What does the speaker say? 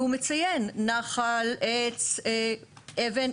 והוא מציין: נחל, עץ, אבן.